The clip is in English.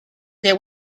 there